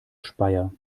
speyer